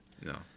No